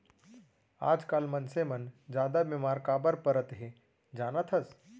आजकाल मनसे मन जादा बेमार काबर परत हें जानत हस?